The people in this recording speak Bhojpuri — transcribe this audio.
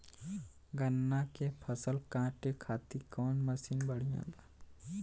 गन्ना के फसल कांटे खाती कवन मसीन बढ़ियां बा?